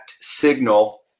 signal